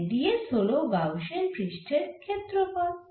তাই ds হল Gaussian পৃষ্ঠের ক্ষেত্রফল